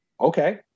Okay